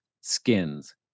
skins